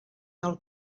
del